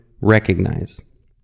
recognize